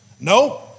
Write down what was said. No